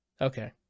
Okay